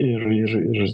ir ir ir